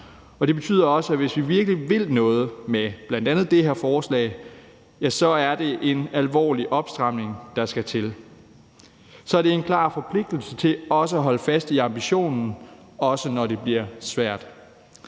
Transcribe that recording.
Det betyder også, at hvis vi virkelig vil noget med bl.a. det her forslag, så er det en alvorlig opstramning, der skal til, og også en klar forpligtelse til at holde fast i ambitionen, også når det bliver svært.